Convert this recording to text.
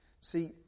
See